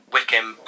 Wickham